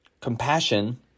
Compassion